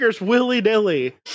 willy-nilly